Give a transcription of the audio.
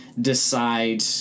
decide